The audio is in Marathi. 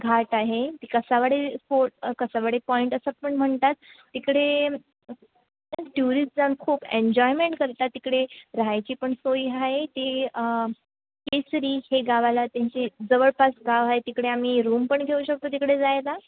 घाट आहे ती कसावडे फो कसावडे पॉईंट असं पण म्हणतात तिकडे टुरिस जण खूप एन्जॉयमेंट करतात तिकडे राहायची पण सोय आहे ते केसरी हे गावाला त्यांचे जवळपास गाव आहे तिकडे आम्ही रूम पण घेऊ शकतो तिकडे जायला